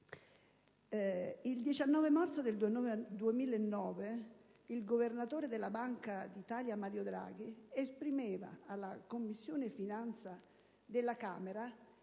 il 19 marzo 2009 il governatore della Banca d'Italia, Mario Draghi, esprimeva alla Commissione finanze della Camera